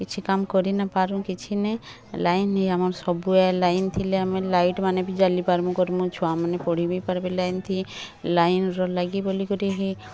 କିଛି କାମ୍ କରି ନାଇଁ ପାରୁ କିଛି ନେ ଲାଇନ୍ ହି ଆମର ସବୁ ଏ ଲାଇନ୍ ଥିଲେ ଆମେ ଲାଇଟ୍ମାନେ ବି ଜାଲି ପାର୍ମୁ କର୍ମୁ ଛୁଆମାନେ ପଢ଼୍ବି ପାରିବେ ଲାଇନ୍ ଥି ଲାଇନ୍ର ଲାଗି ବୋଲି କରି ହିଁ